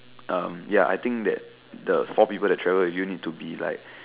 um ya I think that the four people that travel with you need to be like